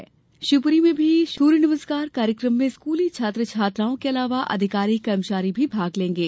उधर शिवपुरी में भी सूर्य नमस्कार कार्यकम में स्कूली छात्र छात्राओं के अलावा अधिकारी कर्मचारी भी भाग लेंगे